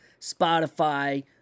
Spotify